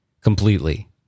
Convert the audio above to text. completely